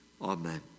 Amen